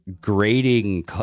grading